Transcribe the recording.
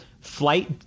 flight